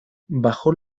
bajó